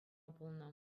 пулнӑ